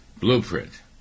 blueprint